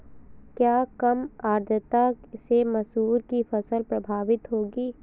क्या कम आर्द्रता से मसूर की फसल प्रभावित होगी?